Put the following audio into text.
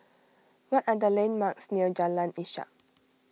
what are the landmarks near Jalan Ishak